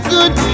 Good